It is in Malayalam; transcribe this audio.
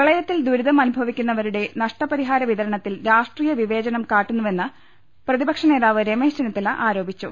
പ്രളയത്തിൽ ദുരിതം അനുഭവിക്കുന്നവരുടെ നഷ്ടപരിഹാര വിതരണത്തിൽ രാഷ്ട്രീയ വിവേചനം കാട്ടുന്നുവെന്ന് പ്രതിപക്ഷ നേതാവ് രമേശ് ചെന്നിത്തല ആരോപിച്ചു